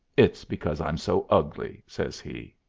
it's because i'm so ugly, says he.